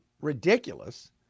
ridiculous